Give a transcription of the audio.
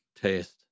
taste